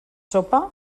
sopa